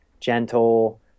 gentle